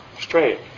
straight